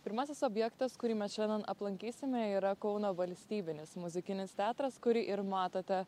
pirmasis objektas kurį mes šiandien aplankysime yra kauno valstybinis muzikinis teatras kurį ir matote